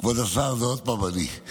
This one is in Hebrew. כבוד השר, זה עוד פעם אני.